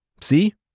See